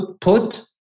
put